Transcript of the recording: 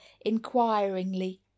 inquiringly